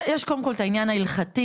יש קודם כל את העניין ההלכתי,